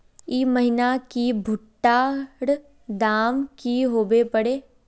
ई महीना की भुट्टा र दाम की होबे परे?